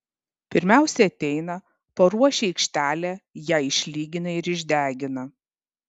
pirmiausia ateina paruošia aikštelę ją išlygina ir išdegina